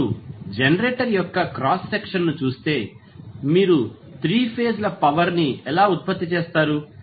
మీరు జనరేటర్ యొక్క cross section చూస్తే మీరు 3 ఫేజ్ ల పవర్ ని ఎలా ఉత్పత్తి చేస్తారు